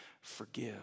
Forgive